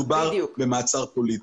מדובר במעצר פוליטי.